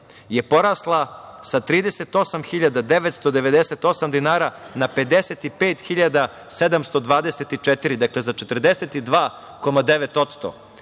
je porasla sa 38.998 dinara na 55.724, dakle za 42,9%,